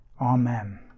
Amen